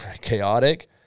chaotic